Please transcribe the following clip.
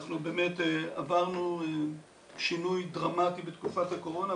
אנחנו באמת עברנו שינוי דרמטי בתקופת הקורונה,